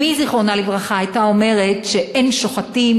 אמי זיכרונה לברכה הייתה אומרת שאין שוחטים